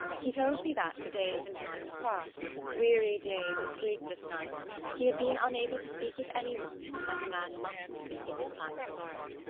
he told me that for days and nights past weary days and sleepless nights he had been unable to speak with any one, as a man must speak in his time of sorrow.